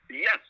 Yes